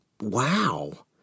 wow